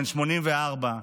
בן 84,